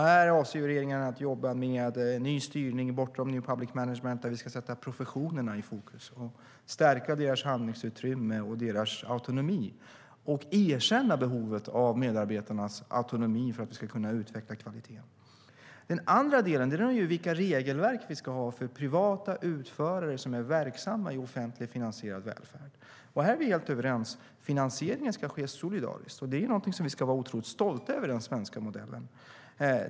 Här avser regeringen att jobba med ny styrning bortom new public management. Vi ska sätta professionerna i fokus och stärka deras handlingsutrymme och autonomi. Vi ska också erkänna behovet av medarbetarnas autonomi för att vi ska kunna utveckla kvaliteten. Den andra delen är vilka regelverk som vi ska ha för privata utförare som är verksamma i offentligt finansierad välfärd. Här är vi helt överens. Finansieringen ska ske solidariskt, och den svenska modellen är någonting som vi ska vara stolta över.